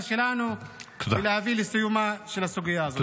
שלנו ולהביא לסיומה של הסוגיה הזאת,